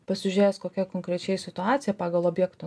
pasižiūrės kokia konkrečiai situacija pagal objekto